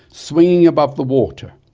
swinging above the water.